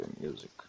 music